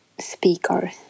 speaker